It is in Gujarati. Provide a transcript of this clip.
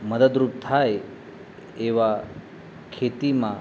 મદદરૂપ થાય એવા ખેતીમાં